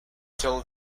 till